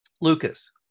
Lucas